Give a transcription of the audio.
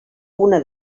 una